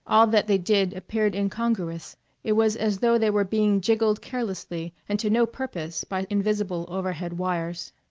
all that they did appeared incongruous it was as though they were being jiggled carelessly and to no purpose by invisible overhead wires.